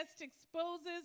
exposes